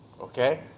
okay